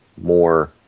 more